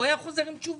והוא היה חוזר עם תשובות.